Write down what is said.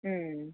हम्मऽ